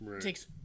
takes